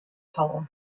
color